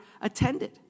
attended